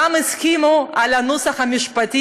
גם הסכימו על הנוסח המשפטי,